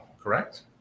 correct